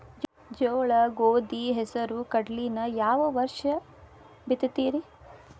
ಜೋಳ, ಗೋಧಿ, ಹೆಸರು, ಕಡ್ಲಿನ ಯಾವ ವರ್ಷ ಬಿತ್ತತಿರಿ?